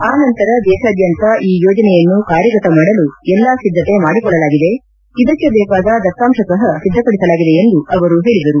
ಆ ನಂತರ ದೇಶಾದ್ದಂತ ಈ ಯೋಜನೆಯನ್ನು ಕಾರ್ಯಗತ ಮಾಡಲು ಎಲ್ಲಾ ಸಿದ್ದತೆ ಮಾಡಿಕೊಳ್ಳಲಾಗಿದೆ ಇದಕ್ಕೆ ಬೇಕಾದ ದತ್ತಾಂಶ ಸಿದ್ದಪಡಿಸಲಾಗಿದೆ ಎಂದು ಅವರು ಹೇಳಿದರು